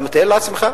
אתה מתאר לעצמך?